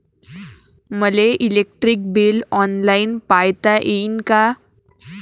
मले electric bill online पायता येईन का?